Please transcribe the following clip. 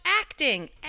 acting